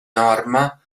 norma